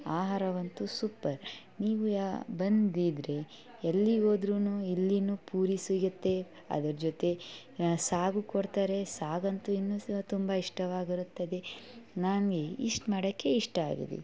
ಆಹಾರವಂತು super ನೀವು ಯಾ ಬಂದಿದ್ದಿರಿ ಎಲ್ಲಿ ಹೋದ್ರುನು ಇಲ್ಲಿಯೂ ಪೂರಿ ಸಿಗುತ್ತೆ ಅದರ ಜೊತೆ ಸಾಗು ಕೊಡ್ತಾರೆ ಸಾಗಂತು ಇನ್ನು ಸ ತುಂಬ ಇಷ್ಟವಾಗಿರುತ್ತದೆ ನನಗೆ ಇಷ್ಟು ಮಾಡೋಕೆ ಇಷ್ಟ ಆಗಿದೆ